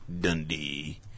Dundee